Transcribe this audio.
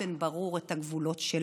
באופן ברור את הגבולות שלנו.